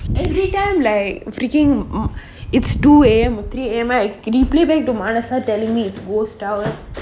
every time like freaking it's two A_M or three A_M right he can playback to malasa telling me it's old style